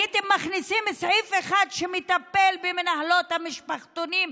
הייתם מכניסים סעיף אחד שמטפל במנהלות המשפחתונים,